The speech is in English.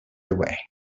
away